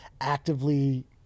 actively